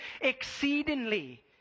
exceedingly